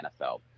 NFL